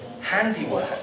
handiwork